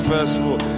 Festival